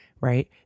right